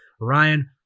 Ryan